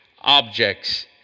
objects